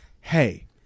Hey